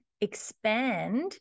expand